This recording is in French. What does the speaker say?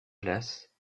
glace